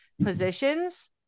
positions